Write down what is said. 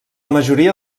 majoria